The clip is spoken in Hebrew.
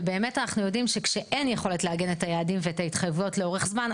יודעים כשאין יכולת לעגן את היעדים ואת ההתחייבויות לאורך זמן,